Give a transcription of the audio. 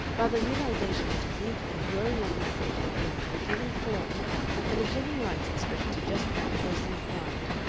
by the realization that a big and growing organization of women were giving form and a generalized expression to just that personal pride,